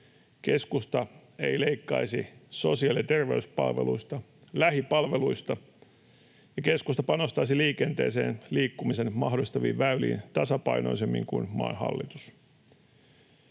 keskusta ei leikkaisi sosiaali- ja terveyspalveluista eikä lähipalveluista, ja keskusta panostaisi liikenteeseen, liikkumisen mahdollistaviin väyliin, tasapainoisemmin kuin maan hallitus.